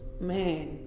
man